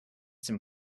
some